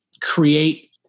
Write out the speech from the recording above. create